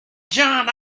john